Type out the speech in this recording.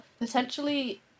potentially